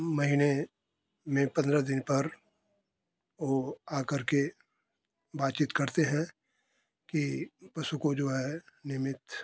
महीने में पन्द्रह दिन पर वो आकर के बातचीत करते हैं की पशु को जो है नियमित